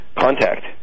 contact